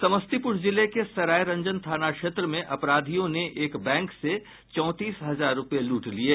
समस्तीपुर जिले के सरायरंजन थाना क्षेत्र में अपराधियों ने एक बैंक से चौंतीस हजार रुपये लूट लिये